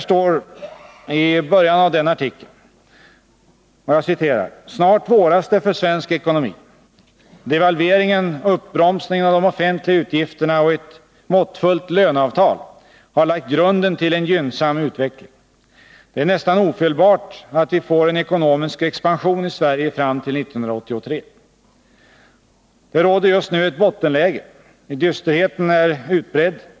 Så här inleds artikeln: ”Snart våras det för svensk ekonomi. Devalveringen, uppbromsningen av de offentliga utgifterna och ett måttfullt löneavtal har lagt grunden till en gynnsam utveckling. Det är nästan ofelbart att vi får en ekonomisk expansion i Sverige fram till 1983 ———. Det råder just nu ett bottenläge. Dysterheten är utbredd.